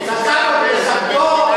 לסבו ולסבתו,